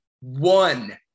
one